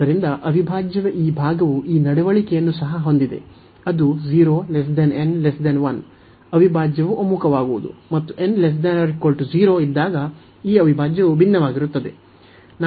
ಆದ್ದರಿಂದ ಅವಿಭಾಜ್ಯದ ಈ ಭಾಗವು ಈ ನಡವಳಿಕೆಯನ್ನು ಸಹ ಹೊಂದಿದೆ ಅದು 0 n 1 ಅವಿಭಾಜ್ಯವು ಒಮ್ಮುಖವಾಗುವುದು ಮತ್ತು n≤0 ಇದ್ದಾಗ ಈ ಅವಿಭಾಜ್ಯವು ಭಿನ್ನವಾಗಿರುತ್ತದೆ